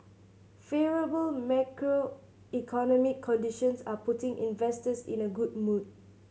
favourable macroeconomic conditions are putting investors in a good mood